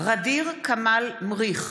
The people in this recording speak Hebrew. מתחייב אני ע'דיר כמאל מריח,